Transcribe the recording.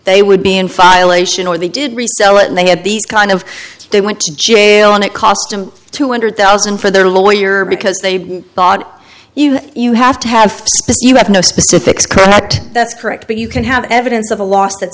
they would be in file ation or they did resell it and they had these kind of they went to jail and it cost him two hundred thousand for their lawyer because they thought you know you have to have you have no specifics correct that's correct but you can have evidence of a los